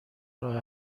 راه